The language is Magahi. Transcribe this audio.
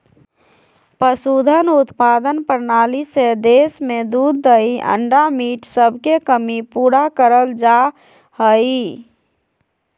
पशुधन उत्पादन प्रणाली से देश में दूध दही अंडा मीट सबके कमी पूरा करल जा हई